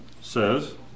says